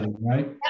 right